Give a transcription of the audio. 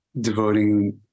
devoting